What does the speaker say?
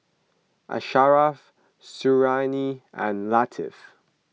Asharaff Suriani and Latif